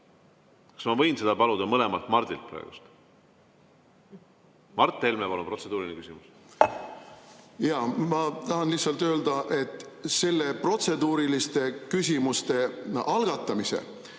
Kas ma võin seda paluda mõlemalt Mardilt praegu? Mart Helme, palun, protseduuriline küsimus! Ma tahan lihtsalt öelda, et selle protseduuriliste küsimuste algatamise